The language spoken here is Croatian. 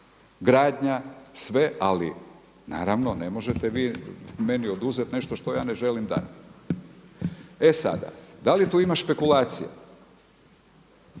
gradnja sve, ali naravno ne možete vi meni oduzeti nešto što ja ne želim dati. E sada, da li tu ima špekulacije?